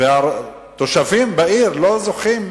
והתושבים בעיר לא זוכים